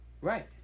Right